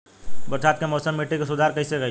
बरसात के मौसम में मिट्टी के सुधार कईसे कईल जाई?